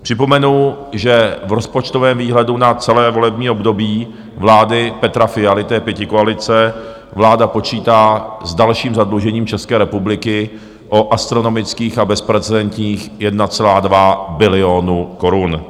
Připomenu, že v rozpočtovém výhledu na celé volební období vlády Petra Fialy, té pětikoalice, vláda počítá s dalším zadlužením České republiky o astronomických a bezprecedentních 1,2 bilionu korun.